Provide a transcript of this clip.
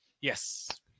yes